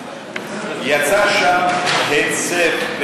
יצא שם היצף,